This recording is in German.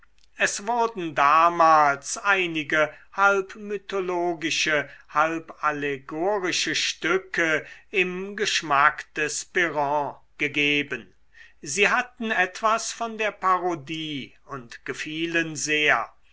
es wurden damals einige halb mythologische halb allegorische stücke im geschmack des piron gegeben sie hatten etwas von der parodie und gefielen sehr